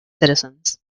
citizens